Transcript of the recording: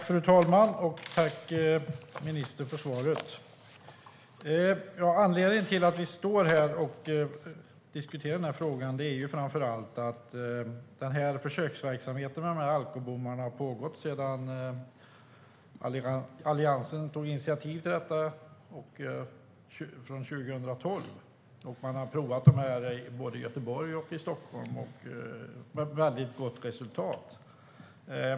Fru talman! Tack för svaret, ministern! Anledningen till att vi står här och diskuterar frågan är framför allt att försöksverksamheten med alkobommarna har pågått sedan Alliansen tog initiativ till det 2012. Man har provat dem i både Göteborg och Stockholm, med mycket gott resultat.